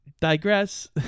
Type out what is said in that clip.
digress